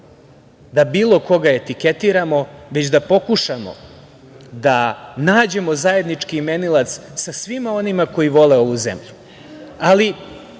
da bilo koga etiketiramo, već da pokušamo da nađemo zajednički imenilac sa svima onima koji vole ovu